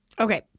Okay